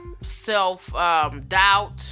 self-doubt